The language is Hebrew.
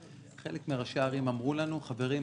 חלק מראשי הערים אמרו לנו חברים,